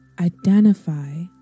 identify